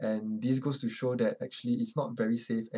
and this goes to show that actually it's not very safe and